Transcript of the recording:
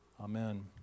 Amen